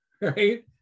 right